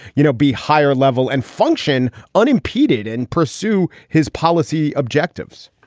you know, be higher level and function unimpeded and pursue his policy objectives?